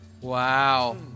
Wow